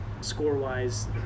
Score-wise